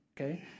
okay